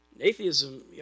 atheism